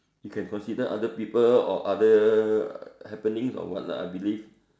you can consider other people or other happenings or what lah I believe